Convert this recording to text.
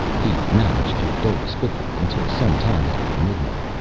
he managed to doze fitfully until some time after midnight,